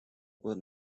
were